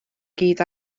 gyd